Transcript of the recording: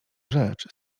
rzecz